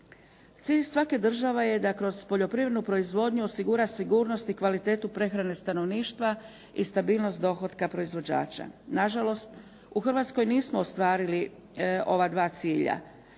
Cilj svake države je da kroz poljoprivrednu proizvodnju osigura sigurnost i kvalitetu prehrane stanovništva i stabilnost dohotka proizvođača. Nažalost, u Hrvatskoj nismo ostvarili ova dva cilja.